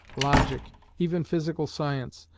logic, even physical science,